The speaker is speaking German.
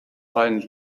fallen